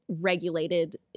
regulated